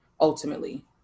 ultimately